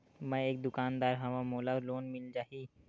मै एक दुकानदार हवय मोला लोन मिल जाही?